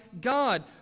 God